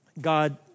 God